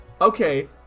okay